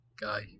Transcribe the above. Guy